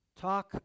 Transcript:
Talk